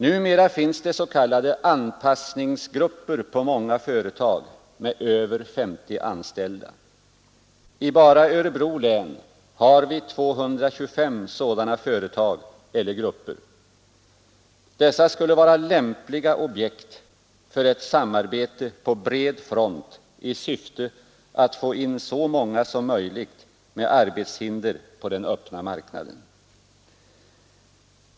Numera finns det s.k. anpassningsgrupper vid många företag med över 50 anställda. Bara i Örebro län har vi 225 sådana företag eller grupper. Dessa skulle vara lämpliga objekt för ett samarbete på bred front i syfte att få in så många människor med arbetshinder som möjligt på den öppna marknaden.